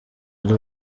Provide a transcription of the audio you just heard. ari